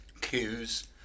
Cues